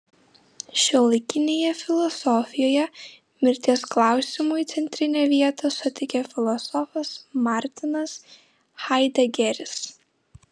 šiuolaikinėje filosofijoje mirties klausimui centrinę vietą suteikė filosofas martinas haidegeris